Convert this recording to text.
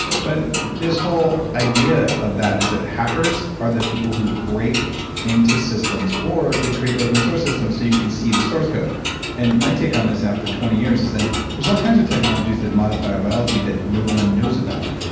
but this whole idea of that is that hackers are the people who break into systems or they create open source system so you can see the source code and my take on this after twenty years is that there's all kinds of technologies that modify our biology that no one knows about,